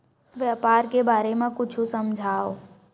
व्यापार के बारे म कुछु समझाव?